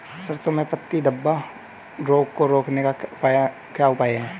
सरसों में पत्ती धब्बा रोग को रोकने का क्या उपाय है?